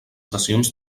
sessions